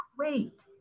wait